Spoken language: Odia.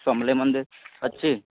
ସମଲେଇ ମନ୍ଦିର ଅଛି